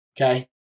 Okay